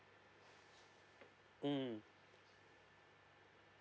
mmhmm